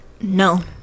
no